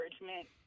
encouragement